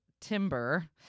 timber